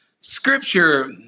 Scripture